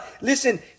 listen